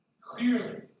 clearly